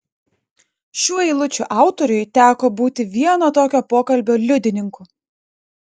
šių eilučių autoriui teko būti vieno tokio pokalbio liudininku